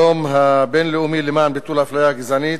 היום הבין-לאומי למען ביטול האפליה הגזענית,